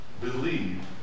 believe